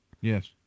Yes